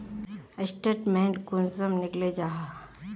Statement कुंसम निकले जाहा?